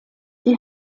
die